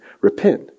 Repent